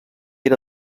era